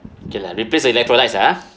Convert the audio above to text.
kay lah replace with electrolytes ah